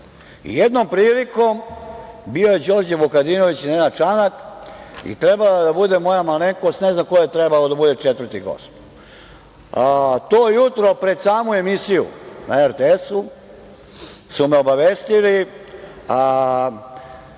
jedom. Jednom prilikom bio je Đorđe Vukadinović i Nenad Čanak i trebala je da bude moja malenkost, ne znam ko je trebao da bude četvrti gost. To jutro pred samu emisiju na RTS-u su me obavestili